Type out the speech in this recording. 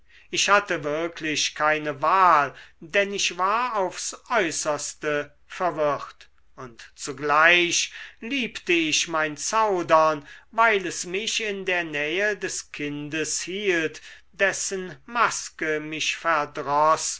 ich hatte wirklich keine wahl denn ich war aufs äußerste verwirrt und zugleich liebte ich mein zaudern weil es mich in der nähe des kindes hielt dessen maske mich verdroß